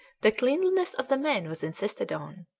the cleanliness of the men was insisted on.